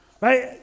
right